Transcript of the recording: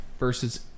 Versus